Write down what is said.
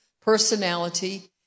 personality